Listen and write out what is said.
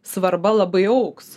svarba labai augs